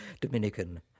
Dominican